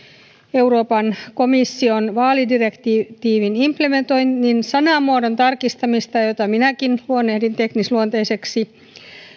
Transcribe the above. euroopan komission vaalidirektiivin implementoinnin sanamuodon tarkistamista jota minäkin luonnehdin teknisluonteiseksi